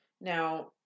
Now